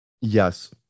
Yes